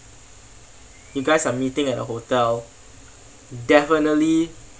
you guys are meeting at the hotel definitely